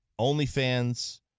OnlyFans